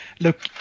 look